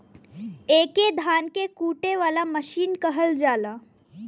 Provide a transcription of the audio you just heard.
एके धान कूटे वाला मसीन कहल जाला